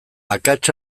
akats